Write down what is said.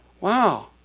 Wow